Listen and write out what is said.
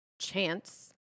chance